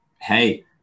Hey